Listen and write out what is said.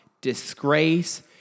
disgrace